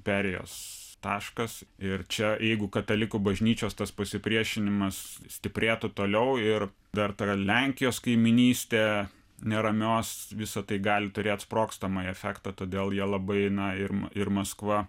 perėjos taškas ir čia jeigu katalikų bažnyčios tas pasipriešinimas stiprėtų toliau ir dar ta lenkijos kaimynystė neramios visa tai gali turėt sprogstamąjį efektą todėl jie labai na ir ir maskva